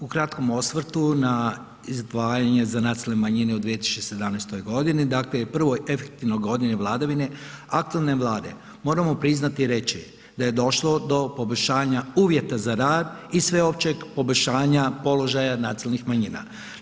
U kratkom osvrtu na izdvajanje za nacionalne manjene u 2017. godini dakle i prvoj efektivnoj godini vladavine aktualne Vlade moramo priznati i reći da je došlo do poboljšanja uvjeta za rad i sveopćeg poboljšanja položaja nacionalnih manjina.